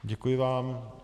Děkuji vám.